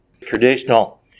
traditional